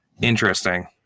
Interesting